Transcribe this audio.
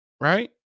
Right